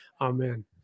Amen